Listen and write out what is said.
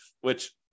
Which-